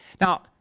Now